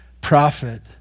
prophet